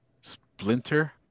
Splinter